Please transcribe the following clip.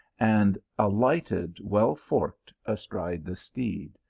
and alighted well forked astride the steed.